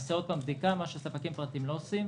ונעשה עוד פעם בדיקה, מה שספקים פרטיים לא עושים.